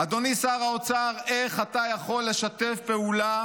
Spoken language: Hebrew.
אדוני שר האוצר, איך אתה יכול לשתף פעולה